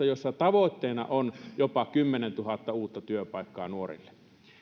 jossa tavoitteena on jopa kymmenentuhatta uutta työpaikkaa nuorille